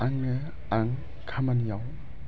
आंनो आं खामानियाव